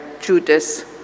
Judas